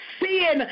seeing